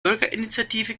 bürgerinitiative